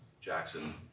Jackson